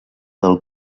del